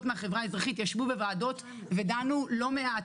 מהחברה האזרחית ישבו בוועדות ודנו לא מעט.